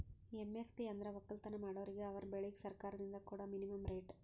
MSP ಅಂದ್ರ ವಕ್ಕಲತನ್ ಮಾಡೋರಿಗ ಅವರ್ ಬೆಳಿಗ್ ಸರ್ಕಾರ್ದಿಂದ್ ಕೊಡಾ ಮಿನಿಮಂ ರೇಟ್